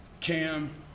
Cam